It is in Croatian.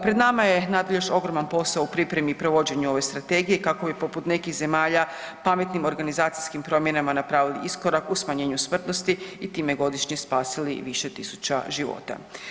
Pred nama je nadalje još ogroman posao u pripremi i provođenju ove strategije kako bi poput nekih zemalja pametnim organizacijskim promjenama napravili iskorak u smanjenju smrtnosti i time godišnje spasili više tisuća života.